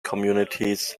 communities